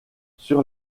sur